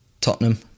Tottenham